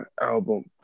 album